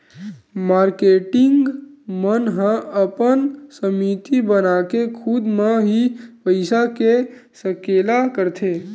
marketing मन ह अपन समिति बनाके खुद म ही पइसा के सकेला करथे